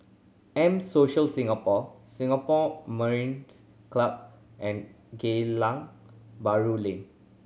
M Social Singapore Singapore Mariners' Club and Geylang Bahru Lane